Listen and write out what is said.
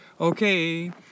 Okay